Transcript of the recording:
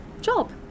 job